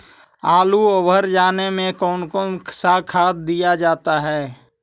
आलू ओवर जाने में कौन कौन सा खाद दिया जाता है?